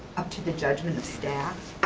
up to the judgment staff,